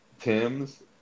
Tim's